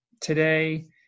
today